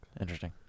Interesting